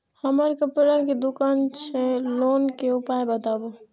हमर कपड़ा के दुकान छै लोन के उपाय बताबू?